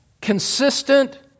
consistent